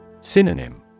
Synonym